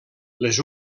les